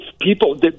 People